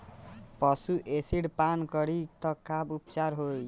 पशु एसिड पान करी त का उपचार होई?